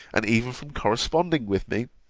and even from corresponding with me,